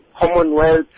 Commonwealth